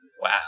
Wow